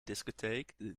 discotheque